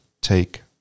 take